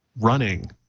running